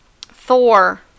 Thor